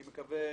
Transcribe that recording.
אני מקווה